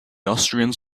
austrians